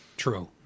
true